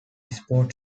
sport